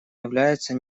являются